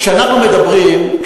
כשאנחנו מדברים,